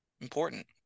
Important